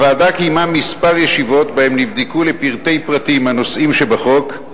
הוועדה קיימה מספר ישיבות שבהן נבדקו לפרטי פרטים הנושאים שבחוק.